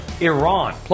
Iran